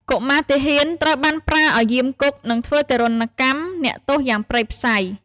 កុមារទាហានត្រូវបានប្រើឱ្យយាមគុក និងធ្វើទារុណកម្មអ្នកទោសយ៉ាងព្រៃផ្សៃ។